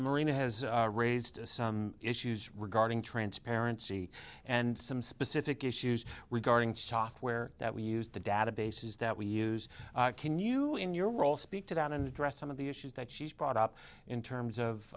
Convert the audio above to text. marina has raised some issues regarding transparency and some specific issues regarding shots where we use the databases that we use can you in your role speak to that and address some of the issues that she's brought up in terms of